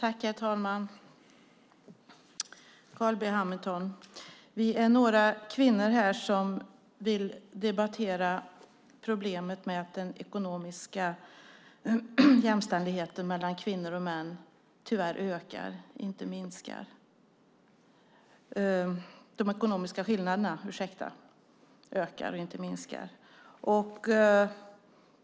Herr talman! Vi är några kvinnor, Carl B Hamilton, som vill debattera problemet med att de ekonomiska skillnaderna mellan kvinnor och män ökar, inte minskar.